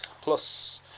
plus